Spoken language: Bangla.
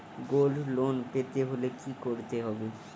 গোল্ড লোন পেতে হলে কি করতে হবে?